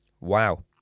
Wow